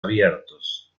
abiertos